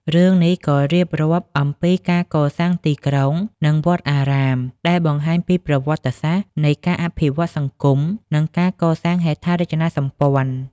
រឿងនេះក៏រៀបរាប់អំពីការកសាងទីក្រុង និងវត្តអារាម ដែលបង្ហាញពីប្រវត្តិសាស្រ្តនៃការអភិវឌ្ឍន៍សង្គម និងការកសាងហេដ្ឋារចនាសម្ព័ន្ធ ។